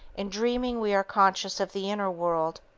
in dreaming we are conscious of the inner world.